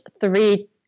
three